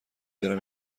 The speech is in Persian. برم